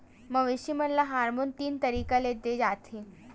मवेसी मन ल हारमोन तीन तरीका ले दे जाथे